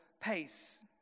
pace